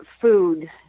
food